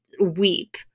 weep